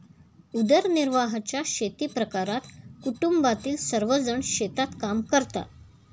उदरनिर्वाहाच्या शेतीप्रकारात कुटुंबातील सर्वजण शेतात काम करतात